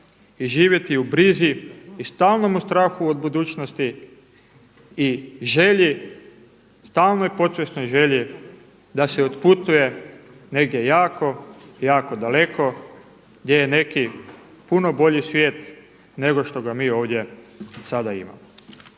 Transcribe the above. i živjeti u brizi i u stalnom strahu od budućnosti i želji, stalnoj podsvjesnoj želji da se otputuje negdje jako, jako daleko gdje je neki puno bolji svijet nego što ga mi ovdje sada imamo.